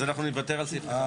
זה לא סיפור פשוט לקחת ולומר,